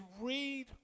read